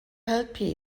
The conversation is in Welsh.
helpu